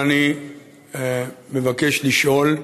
מבקש לשאול,